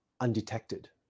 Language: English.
undetected